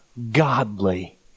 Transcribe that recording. godly